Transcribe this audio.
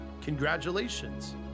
congratulations